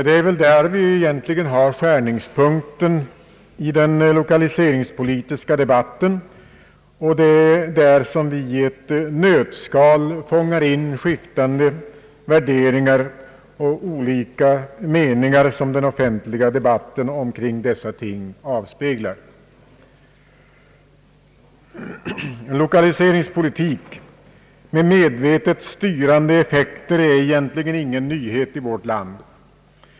Det är väl där vi egentligen har skärningspunkten i den lokaliseringspolitiska debatten, och det är där som vi i ett nötskal fångar in de skiftande värderingar och olika meningar som den offentliga debatten omkring dessa ting avspeglar. Lokaliseringspolitik med medvetet styrande effekter är egentligen ingen nyhet i vårt land.